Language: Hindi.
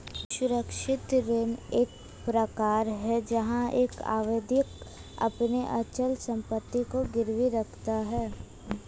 सुरक्षित ऋण एक प्रकार है जहां एक आवेदक अपनी अचल संपत्ति को गिरवी रखता है